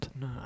No